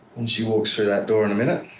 and she walks through that door in a minute.